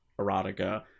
erotica